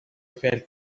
felt